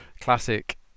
Classic